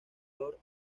flor